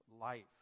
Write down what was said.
life